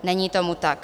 Není tomu tak.